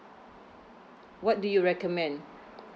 what do you recommend